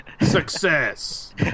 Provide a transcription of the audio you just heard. success